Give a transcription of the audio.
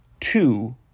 two